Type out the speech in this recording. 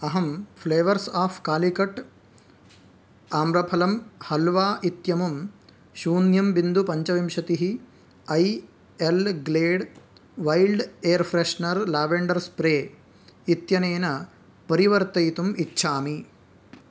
अहं flavours of Calicut आम्रफलं हल्वा इत्यमुं शून्यं बिन्दुः पञ्चविंशतिः I L glade wild air freshener lavender spray इत्यनेन परिवर्तयितुम् इच्छामि